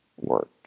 work